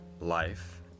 life